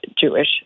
Jewish